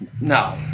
No